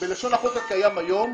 בלשון החוק הקיים היום,